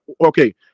Okay